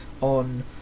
on